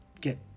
get